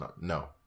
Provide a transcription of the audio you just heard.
No